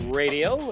radio